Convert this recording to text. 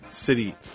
City